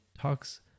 talks